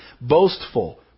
boastful